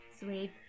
Sweet